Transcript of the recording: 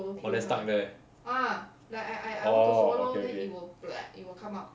oh then stuck there orh okay okay